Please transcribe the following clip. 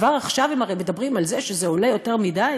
כבר עכשיו הם הרי מדברים על זה שזה עולה יותר מדי